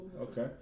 Okay